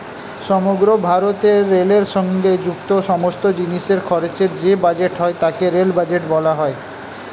সমগ্র ভারতে রেলের সঙ্গে যুক্ত সমস্ত জিনিসের খরচের যে বাজেট হয় তাকে রেল বাজেট বলা হয়